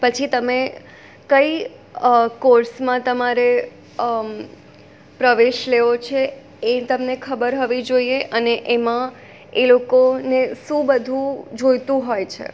પછી તમે કઈ કોર્સમાં તમારે પ્રવેશ લેવો છે એ તમને ખબર હોવી જોઈએ અને એમાં એ લોકોને શું બધું જોઈતું હોય છે